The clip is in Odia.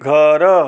ଘର